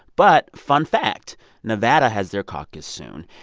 but fun fact nevada has their caucus soon.